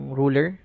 ruler